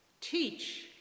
teach